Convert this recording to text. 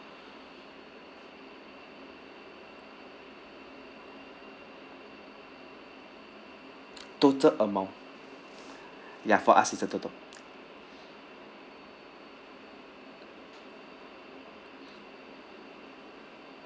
total amount ya for us is the total